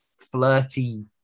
flirty